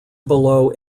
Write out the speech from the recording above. below